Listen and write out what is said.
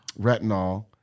retinol